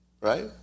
right